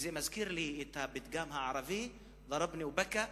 זה מזכיר לי את הפתגם הערבי "דָרַבַּנִי וַבָּכַּא,